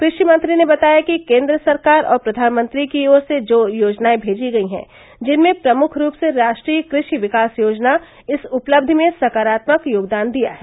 कृष्टि मंत्री ने बताया कि केन्द्र सरकार और प्रधानमंत्री की ओर से जो योजनायें भेजी गयी हैं जिनमें प्रमुख रूप से राकट्रीय कृष्टि विकास योजना इस उपलब्धि में सकारात्मक योगदान दिया है